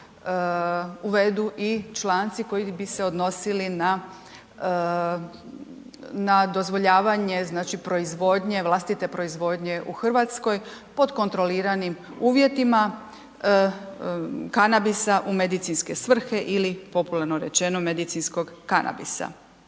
uvedu i članci koji bi se odnosili na, na dozvoljavanje znači proizvodnje, vlastite proizvodnje u Hrvatskoj pod kontroliranim uvjetima kanabisa u medicinske svrhe ili popularno rečeno medicinskog kanabisa.